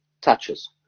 touches